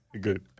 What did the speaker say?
Good